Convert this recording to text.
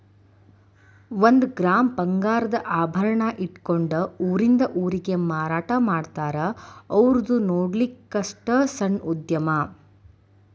ಒಂದ ಗ್ರಾಮ್ ಬಂಗಾರದ ಆಭರಣಾ ಇಟ್ಕೊಂಡ ಊರಿಂದ ಊರಿಗೆ ಮಾರಾಟಾಮಾಡ್ತಾರ ಔರ್ದು ನೊಡ್ಲಿಕ್ಕಸ್ಟ ಸಣ್ಣ ಉದ್ಯಮಾ